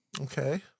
Okay